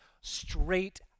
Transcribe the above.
straight